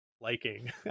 liking